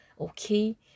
okay